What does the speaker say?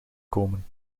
komen